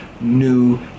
New